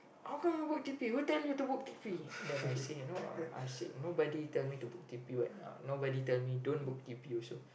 how come you booked t_p who tell you to book t_p then I say no uh nobody tell me to book t_p what nobody tell me don't book t_p also